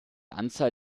anzahl